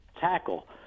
tackle